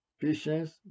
patience